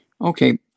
Okay